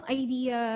idea